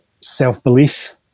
self-belief